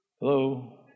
Hello